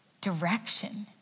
direction